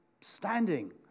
standing